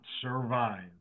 survive